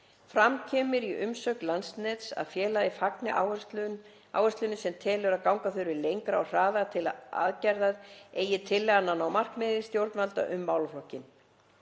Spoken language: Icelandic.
Fram kemur í umsögn Landsnets að félagið fagni áherslunni en telur að ganga þurfi lengra og hraðar til aðgerða eigi tillagan að ná markmiði stjórnvalda um málaflokkinn.